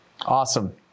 awesome